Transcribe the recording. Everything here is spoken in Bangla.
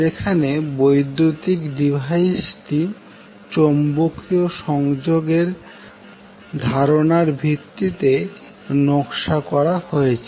যেখানে বৈদ্যুতিক ডিভাইসটি চৌম্বকীয় সংযোগের ধারণার ভিত্তিতে নকশা করা হয়েছে